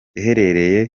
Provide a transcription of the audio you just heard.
iherereye